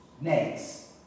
Next